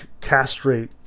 castrate